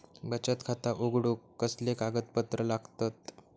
बचत खाता उघडूक कसले कागदपत्र लागतत?